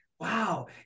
Wow